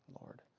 Lord